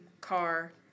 car